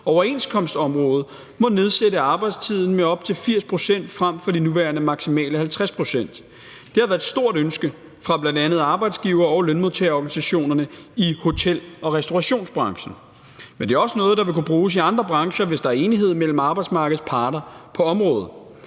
overenskomstområde må nedsætte arbejdstiden med op til 80 pct. frem for de nuværende maksimale 50 pct. Det har været et stort ønske fra bl.a. arbejdsgiver- og lønmodtagerorganisationerne i hotel- og restaurationsbranchen. Men det er også noget, der vil kunne bruges i andre brancher, hvis der er enighed mellem arbejdsmarkedets parter på området.